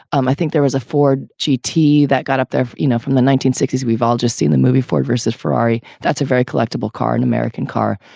um i think there is a ford cheaty that got up there, you know, from the nineteen sixty s. we've all just seen the movie ford versus ferrari. that's a very collectible car, an american car.